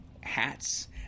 hats